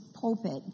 pulpit